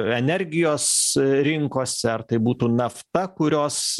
energijos rinkose ar tai būtų nafta kurios